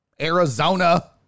Arizona